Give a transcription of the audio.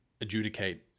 adjudicate